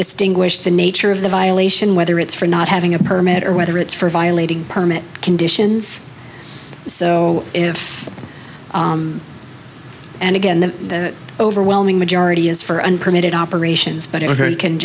distinguish the nature of the violation whether it's for not having a permit or whether it's for violating permit conditions so if and again the overwhelming majority is for uncommitted operations but